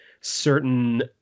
certain